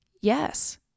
Yes